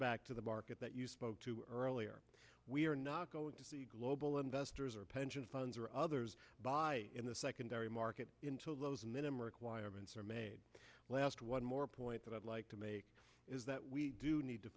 back to the market that you spoke to earlier we are not going to see global investors or pension funds or others buy in the secondary market into those minimum requirements are made last one more point that i'd like to make is that we do need to